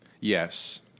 Yes